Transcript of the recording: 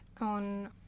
on